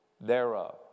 thereof